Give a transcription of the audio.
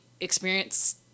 experience